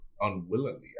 unwillingly